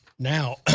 Now